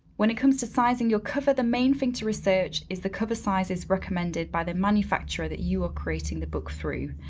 when it come to sizing your cover, the main thing to research is the cover sizes recommended by the manufacturer that you are creating the book through.